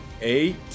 eight